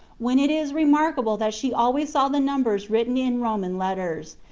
when it is remarkable that she always saw the numbers written in roman letters,